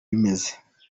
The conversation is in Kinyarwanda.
bimeze